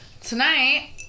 Tonight